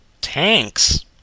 tanks